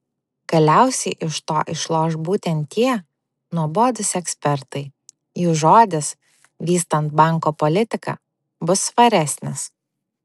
galiausiai iš to išloš būtent tie nuobodūs ekspertai jų žodis vystant banko politiką bus svaresnis